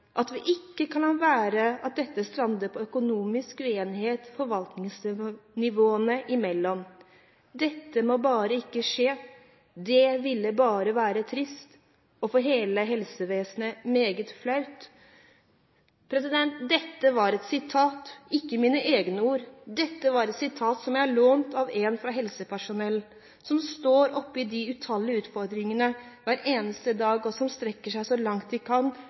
at vi ikke kan la dette strande på økonomisk uenighet forvaltningsnivåene imellom. Dette må bare ikke skje. Det ville bare være trist, og for hele helsevesenet meget flaut.» – Dette var ikke mine egne ord, men et sitat jeg har lånt av en fra helsepersonellet som står oppe i de utallige utfordringene hver eneste dag, og som strekker seg så langt de kan